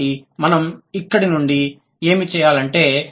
కాబట్టి మనం ఇక్కడ నుండి ఏమి చేయాలంటే